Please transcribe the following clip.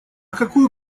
какую